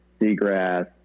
seagrass